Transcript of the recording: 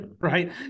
right